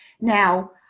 Now